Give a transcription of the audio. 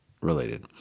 related